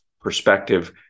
perspective